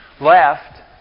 left